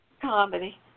comedy